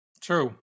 true